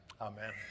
Amen